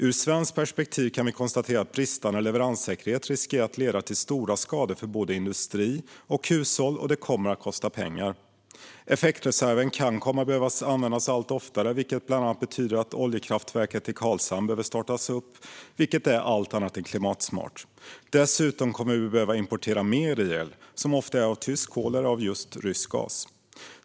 Ur ett svenskt perspektiv kan vi konstatera att bristande leveranssäkerhet riskerar att leda till stora skador för både industri och hushåll och att det kommer att kosta pengar. Effektreserven kan komma att behöva användas allt oftare, vilket bland annat betyder att oljekraftverket i Karlshamn behöver startas upp, något som är allt annat än klimatsmart. Dessutom kommer vi att behöva importera mer el, som ofta kommer från tyskt kol eller just rysk gas.